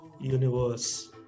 universe